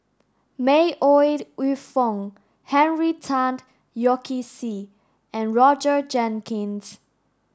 May Ooi Yu Fen Henry Tan Yoke See and Roger Jenkins